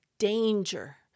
danger